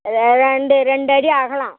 ரெ ரெண்டு ரெண்டு அடி அகலம்